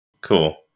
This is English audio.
Cool